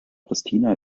pristina